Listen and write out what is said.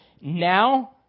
Now